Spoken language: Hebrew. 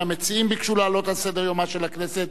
המציעים ביקשו להעלות את הנושא על סדר-יומה של הכנסת.